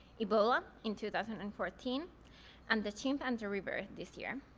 ebola in two thousand and fourteen and the chimp and the river this year.